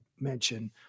mention